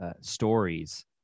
stories